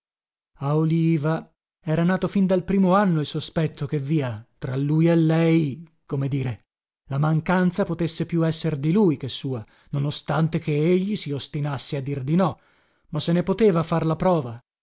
a oliva era nato fin dal primo anno il sospetto che via tra lui e lei come dire la mancanza potesse più esser di lui che sua non ostante che egli si ostinasse a dir di no ma se ne poteva far la prova